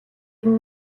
ирнэ